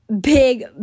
big